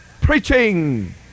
preaching